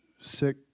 sick